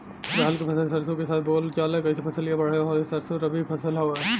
रहर क फसल सरसो के साथे बुवल जाले जैसे फसलिया बढ़िया होले सरसो रबीक फसल हवौ